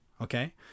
okay